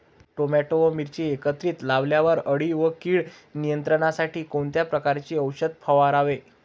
Tomato व मिरची एकत्रित लावल्यावर अळी व कीड नियंत्रणासाठी कोणत्या प्रकारचे औषध फवारावे?